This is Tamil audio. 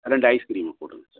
ரெண்டு ஐஸ்கிரீமு போட்டுங்க சார்